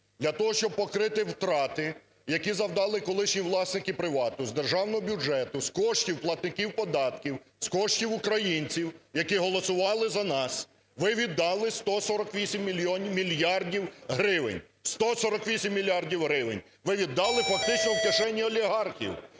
Для того, щоб покрити втрати, які завдали колишні власники "Привату", з державного бюджету, з коштів платників податків, з коштів українців, які голосували за нас, ви віддали 148 мільярдів гривень. 148 мільярдів гривень ви віддали фактично у кишені олігархів.